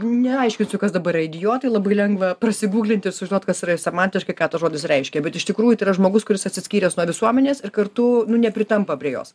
neaiškinsiu kas dabar idiotai labai lengva prasugugkinti užduoti kas yra semantiškai ką tas žodis reiškia bet iš tikrųjų tai yra žmogus kuris atsiskyręs nuo visuomenės ir kartu nu nepritampa prie jos